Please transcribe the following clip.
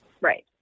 Right